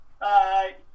Bye